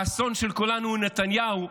האסון של כולנו הוא נתניהו,